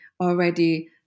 already